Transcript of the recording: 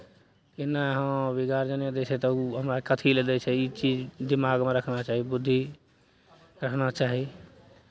ई नहि कि हँ अभी गार्जियने दैत छै तऽ ओ हमरा कथी लेल दैत छै ई चीज दिमागमे रखना चाही बुद्धि रखना चाही